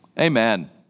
Amen